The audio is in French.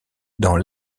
dans